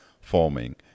forming